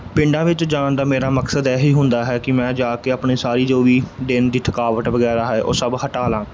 ਪਿੰਡਾਂ ਵਿੱਚ ਜਾਣ ਦਾ ਮੇਰਾ ਮਕਸਦ ਇਹੀ ਹੁੰਦਾ ਹੈ ਕਿ ਮੈਂ ਜਾ ਕੇ ਆਪਣੇ ਸਾਰੀ ਜੋ ਵੀ ਦਿਨ ਦੀ ਥਕਾਵਟ ਵਗੈਰਾ ਹੈ ਉਹ ਸਭ ਹਟਾ ਲਾ